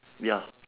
ya